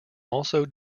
also